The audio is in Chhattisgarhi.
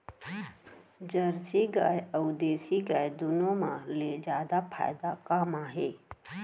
जरसी गाय अऊ देसी गाय दूनो मा ले जादा फायदा का मा हे?